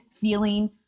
feeling